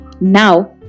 Now